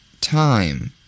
time